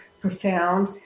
profound